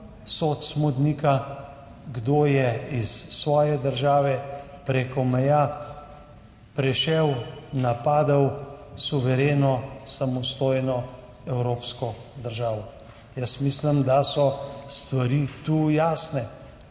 sod smodnika, kdo je iz svoje države preko meja prešel, napadel suvereno samostojno evropsko državo. Mislim, da so stvari tu jasne.